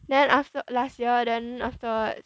then after last year then after